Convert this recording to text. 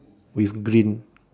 with green